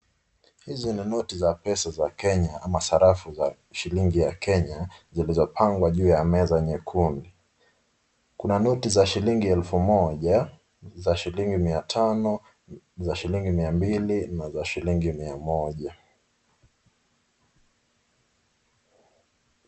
Hizi ni noti za pesa za Kenya, ama sarafu za shilingi za Kenya zilizopangwa juu ya meza nyekundu. Kuna noti za shilingi 1000,za shilingi 500,za shilingi 200 na za shilingi 100.